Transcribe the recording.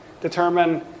determine